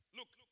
Look